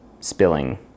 spilling